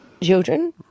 children